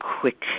quick